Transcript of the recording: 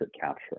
capture